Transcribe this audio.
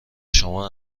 شما